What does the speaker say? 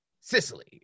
Sicily